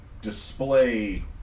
display